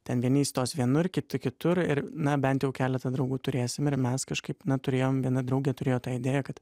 ten vieni įstos vienur kibtų kitur ir na bent jau keletą draugų turėsim ir mes kažkaip neturėjom viena draugė turėjo tą idėją kad